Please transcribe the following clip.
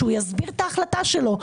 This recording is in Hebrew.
שיסביר את ההחלטה שלו.